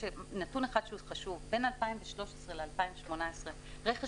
נתון אחד חשוב: בשנים 2018-2013 רכש